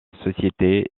société